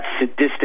sadistic